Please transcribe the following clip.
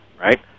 right